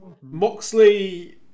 Moxley